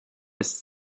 ist